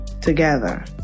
together